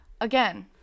Again